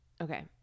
Okay